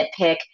nitpick